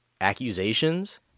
accusations